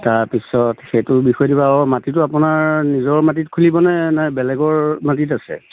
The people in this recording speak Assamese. তাৰপিছত সেইটোৰ বিষয়ে কিবা মাটিতো আপোনাৰ নিজৰ মাটিত খুলিবনে নাই বেলেগৰ মাটিত আছে